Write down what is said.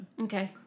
Okay